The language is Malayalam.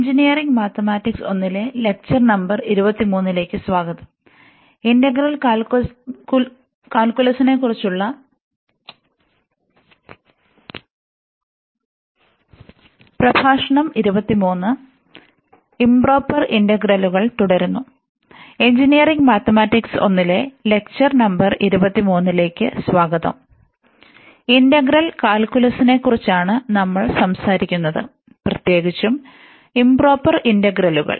എഞ്ചിനീയറിംഗ് മാത്തമാറ്റിക്സ് 1 ലെ ലെക്ചർ നമ്പർ 23ലേക്ക് സ്വാഗതം ഇന്റഗ്രൽ കാൽക്കുലസിനെക്കുറിച്ചാണ് നമ്മൾ സംസാരിക്കുന്നത് പ്രത്യേകിച്ചും ഇംപ്രോപ്പർ ഇന്റഗ്രലുകൾ